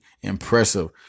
Impressive